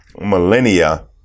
millennia